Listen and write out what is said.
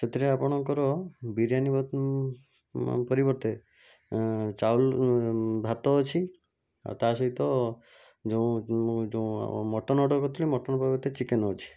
ସେଥିରେ ଆପଣଙ୍କର ବିରିୟାନୀ ପରିବର୍ତ୍ତେ ଭାତ ଅଛି ଆଉ ତା'ସହିତ ଯେଉଁ ଯେଉଁ ମଟନ ଅର୍ଡ଼ର କରିଥିଲି ମଟନ ପରିବର୍ତ୍ତେ ଚିକେନ ଅଛି